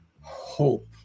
hope